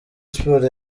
sports